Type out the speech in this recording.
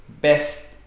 best